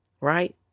Right